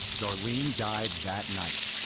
darlene died that night,